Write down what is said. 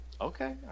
Okay